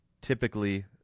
typically